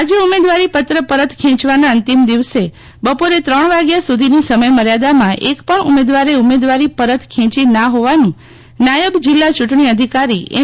આજે ઉમેદવારી પત્ર પરત ખેંચવાના અંતિમ દિને બપોરે ત્રણ વાગ્યા સુધીની સમયમર્યાદામાં એક પણ ઉમેદવારે ઉમેદવારીપત્ર પાછું ન ખેચ્યું હોવાનું નાયબ જીલ્લા યુંટણી અધિકારી એમ